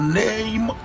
name